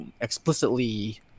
explicitly